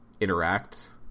interact